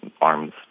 arms